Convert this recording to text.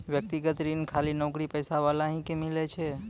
व्यक्तिगत ऋण खाली नौकरीपेशा वाला ही के मिलै छै?